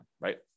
right